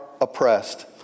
oppressed